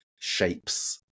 shapes